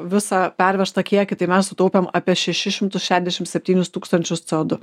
visą pervežtą kiekį tai mes sutaupėm apie šešimtus šešiasdešimt septynis tūkstančius cė o du